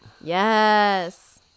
Yes